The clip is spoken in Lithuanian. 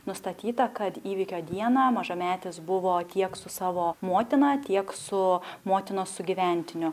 nustatyta kad įvykio dieną mažametis buvo tiek su savo motina tiek su motinos sugyventiniu